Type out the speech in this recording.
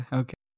okay